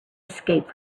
escape